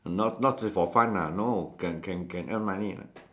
not not say for fun ah no can can can earn money lah